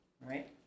right